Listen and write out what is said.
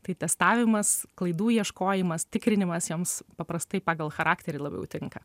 tai testavimas klaidų ieškojimas tikrinimas joms paprastai pagal charakterį labiau tinka